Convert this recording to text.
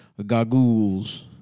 Gagules